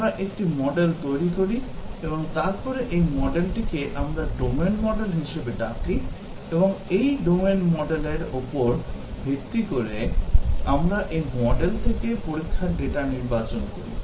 আমরা একটি মডেল তৈরি করি এবং তারপরে এই মডেলটিকে আমরা ডোমেন মডেল হিসাবে ডাকি এবং এই ডোমেন মডেলের উপর ভিত্তি করে আমরা এই মডেল থেকে পরীক্ষার ডেটা নির্বাচন করি